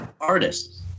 Artists